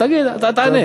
תגיד, תענה.